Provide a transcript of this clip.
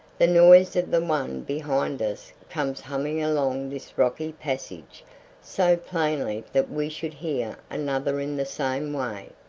the noise of the one behind us comes humming along this rocky passage so plainly that we should hear another in the same way.